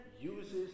uses